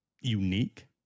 unique